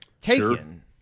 taken